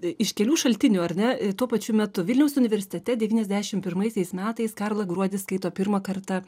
iš kelių šaltinių ar ne tuo pačiu metu vilniaus universitete devyniasdešimt pirmaisiais metais karla gruodis skaito pirmą kartą